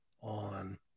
on